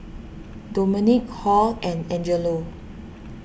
Domonique Hall and Angelo